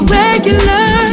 regular